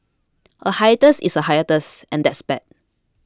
a hiatus is a hiatus and that's bad